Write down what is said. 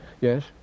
Yes